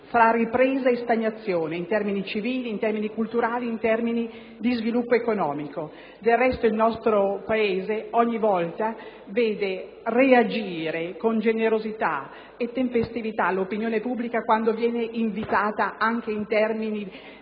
fra ripresa e stagnazione, in termini civili, culturali e di sviluppo economico. Del resto, il nostro Paese ogni volta vede reagire con generosità e tempestività l'opinione pubblica quando viene invitata, anche in termini